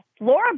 Laura